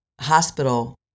hospital